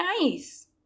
nice